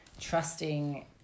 trusting